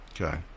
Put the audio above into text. Okay